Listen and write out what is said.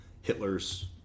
Hitler's